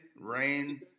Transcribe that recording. rain